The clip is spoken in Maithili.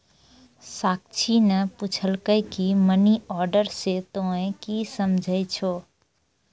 साक्षी ने पुछलकै की मनी ऑर्डर से तोंए की समझै छौ